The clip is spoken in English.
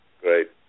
Great